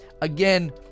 again